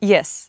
Yes